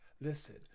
Listen